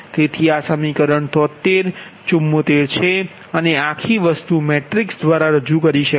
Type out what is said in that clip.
તેથી આ સમીકરણ 73 74 છે અને આખી વસ્તુ મેટ્રિક્સ દ્વારા રજૂ કરી શકાય છે